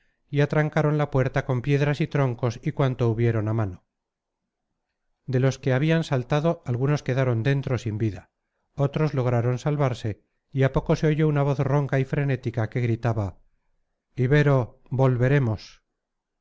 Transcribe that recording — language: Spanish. y atrancaron la puerta con piedras y troncos y cuanto hubieron a mano de los que habían saltado algunos quedaron dentro sin vida otros lograron salvarse y a poco se oyó una voz ronca y frenética que gritaba ibero volveremos